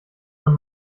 man